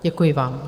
Děkuji vám.